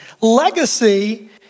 Legacy